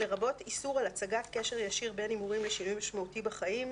לרבות איסור על הצגת קשר ישיר בין הימורים לשינוי משמעותי בחיים,